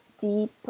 deep